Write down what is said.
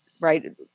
right